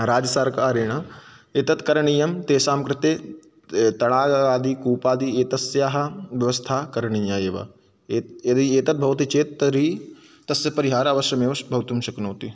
राज्यसर्वकारेण एतत् करणीयं तेषां कृते त् तडागादिकूपादि एतस्याः व्यवस्था करणीया एव यत् यदि एतद्भवति चेत् तर्हि तस्य परिहारः अवश्यमेव श् भवितुं शक्नोति